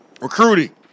recruiting